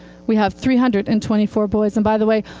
we have three hundred and twenty four boys. and by the way,